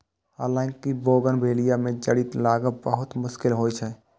हालांकि बोगनवेलिया मे जड़ि लागब बहुत मुश्किल होइ छै